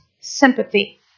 sympathy